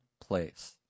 place